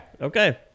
Okay